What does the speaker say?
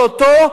או-טו-טו,